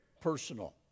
personal